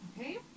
Okay